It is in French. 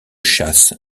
chasse